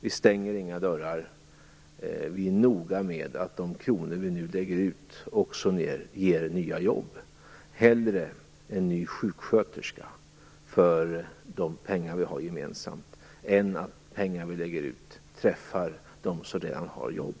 Vi stänger inga dörrar, och vi är noga med att de kronor vi nu lägger ut också ger nya jobb. Hellre en ny sjuksköterska för de pengar vi har gemensamt än att pengar vi lägger ut träffar dem som redan har jobb.